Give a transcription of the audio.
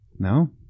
No